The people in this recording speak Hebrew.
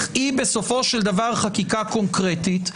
היא בסופו של דבר חקיקה קונקרטית,